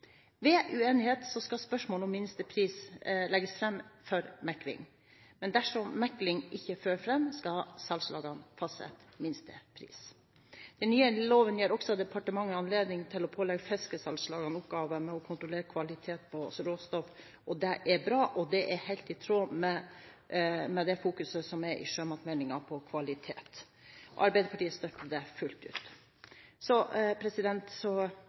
Ved uenighet skal spørsmålet om minstepris legges fram for mekling. Men dersom mekling ikke fører fram, skal salgslagene fastsette minstepris. Den nye loven gir også departementet anledning til å pålegge fiskesalgslagene oppgaver med å kontrollere kvaliteten på råstoff. Det er bra, og det er helt i tråd med det fokuset som er i sjømatmeldingen, på kvalitet. Arbeiderpartiet støtter det fullt ut.